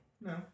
No